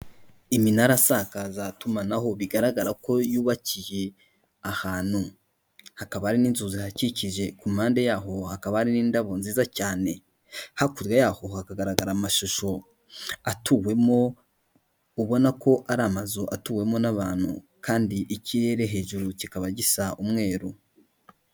Iminarasakaza tumanaho bigaragara ko yubakiye ahantu hakaba hari n'inzu zihakikije ku mpande yaho hakaba ahri n'indabo nziza cyane, hakurya yaho hakagaragara amashusho atuwemo ubona ko ari amazu atuwemo n'abantu kandi ikirere hejuru kikaba gisa umweru.